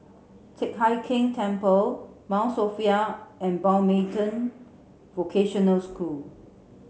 Teck Hai Keng Temple Mount Sophia and Mountbatten Vocational School